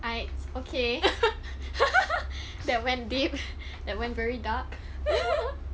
I okay that went deep that went very dark